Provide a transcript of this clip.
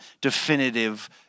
definitive